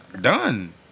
done